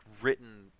written